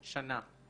זה שנה.